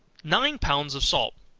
nine pounds of salt,